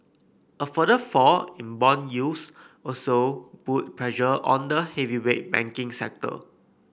a further fall in bond yields also put pressure on the heavyweight banking sector